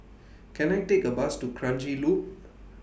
Can I Take A Bus to Kranji Loop